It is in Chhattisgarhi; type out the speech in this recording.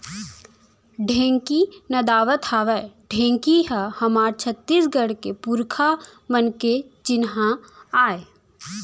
ढेंकी नदावत हावय ढेंकी ह हमर छत्तीसगढ़ के पुरखा मन के चिन्हा आय